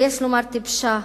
ויש לומר טיפשה,